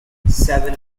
seven